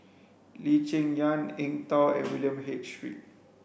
Lee Cheng Yan Eng Tow and William H Read